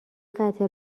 قطع